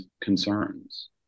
concerns